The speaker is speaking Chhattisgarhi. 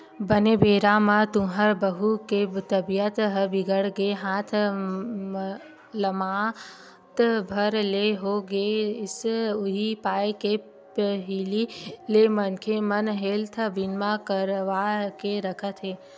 बने बेरा म तुँहर बहू के तबीयत ह बिगड़ गे हाथ लमात भर ले हो गेस उहीं पाय के पहिली ले मनखे मन हेल्थ बीमा करवा के रखत हे